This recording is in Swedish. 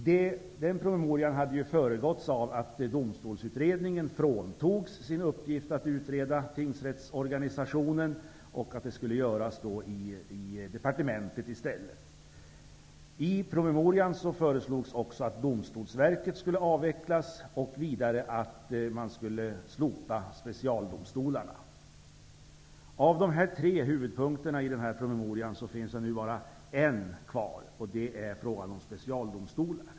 Den promemorian hade föregåtts av att Domstolsutredningen fråntagits sin uppgift att utreda tingsrättsorganisationen, eftersom detta i stället skulle utredas i departementet. I promemorian föreslogs också att Domstolsverket skulle avvecklas och vidare att man skulle slopa specialdomstolarna. Av dessa tre huvudpunkter i promemorian finns det nu bara en kvar, nämligen frågan om specialdomstolar.